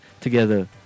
together